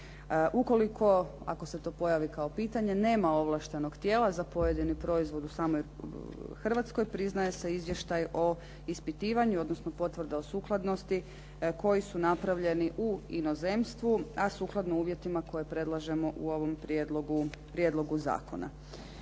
Ukoliko, ako se to pojavi kao pitanje, nema ovlaštenog tijela za pojedini proizvod u samoj Hrvatskoj, priznaje se izvještaj o ispitivanju, odnosno potvrda o sukladnosti koji su napravljeni u inozemstvu, a sukladno uvjetima koje predlažemo u ovom prijedlogu zakona.